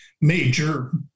major